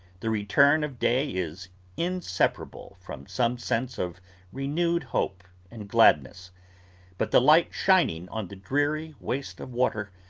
the return of day is inseparable from some sense of renewed hope and gladness but the light shining on the dreary waste of water,